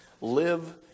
live